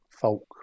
folk